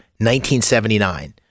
1979